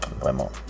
Vraiment